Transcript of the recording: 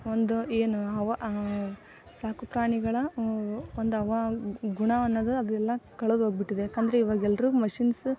ಒಂದು ಏನು ಹವಾ ಸಾಕುಪ್ರಾಣಿಗಳ ಒಂದು ಹವಾ ಗುಣ ಅನ್ನೋದು ಅದು ಎಲ್ಲ ಕಳದೋಗಿಬಿಟ್ಟಿದೆ ಯಾಕೆಂದ್ರೆ ಇವಾಗ ಎಲ್ಲರೂ ಮಶೀನ್ಸ್